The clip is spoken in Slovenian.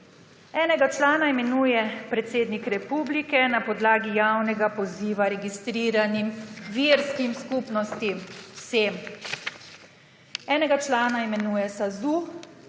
Enega člana imenuje predsednik republike na podlagi javnega poziva vsem registriranim verskim skupnostim. Enega člana imenuje SAZU,